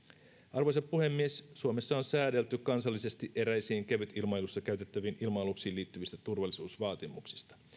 arvoisa puhemies suomessa on säädelty kansallisesti eräisiin kevytilmailussa käytettäviin ilma aluksiin liittyvistä turvallisuusvaatimuksista